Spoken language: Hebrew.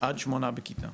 עד שמונה בכיתה.